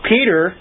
Peter